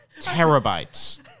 Terabytes